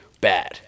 bad